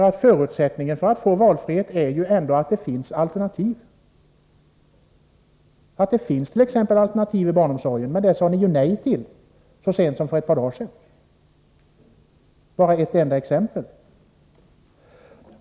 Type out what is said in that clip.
En förutsättning för att få valfrihet är ändå att det finns alternativ, t.ex. alternativ inom barnomsorgen — men det sade ni ju nej till så sent som för ett par dagar sedan, för att nu ta det exemplet.